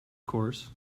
course